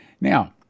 Now